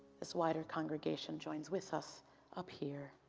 this wider congregation joins with us up here,